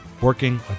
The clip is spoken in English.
working